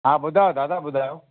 हा ॿुधायो दादा ॿुधायो